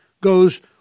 goes